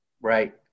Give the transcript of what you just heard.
Right